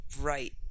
right